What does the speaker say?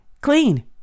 clean